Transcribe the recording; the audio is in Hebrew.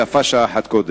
ויפה שעה אחת קודם.